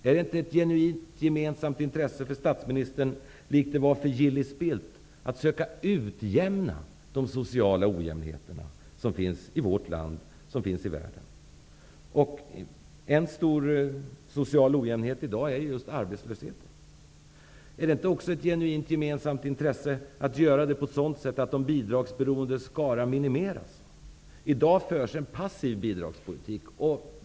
Är det inte ett genuint gemensamt intresse för statsministern, likt det var för Gillis Bildt, att söka utjämna de sociala ojämnheterna som finns i vårt land och i världen? En stor social ojämnhet som finns i dag är arbetslösheten. Är det inte också ett genuint gemensamt intresse att minimera de bidragsberoendes skara? I dag finns en passiv bidragspolitik.